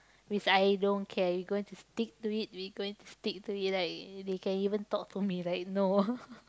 which I don't care we going to stick to it we going to stick to it like they can even talk to me like no